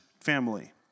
family